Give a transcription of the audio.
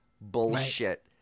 Bullshit